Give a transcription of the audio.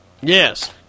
Yes